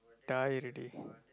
die already